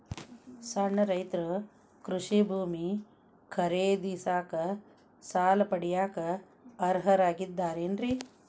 ಸಣ್ಣ ರೈತರು ಕೃಷಿ ಭೂಮಿ ಖರೇದಿಸಾಕ, ಸಾಲ ಪಡಿಯಾಕ ಅರ್ಹರಿದ್ದಾರೇನ್ರಿ?